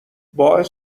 باعث